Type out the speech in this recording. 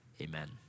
amen